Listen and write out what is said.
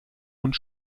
und